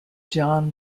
john